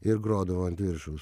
ir grodavau ant viršaus